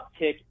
uptick